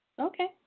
Okay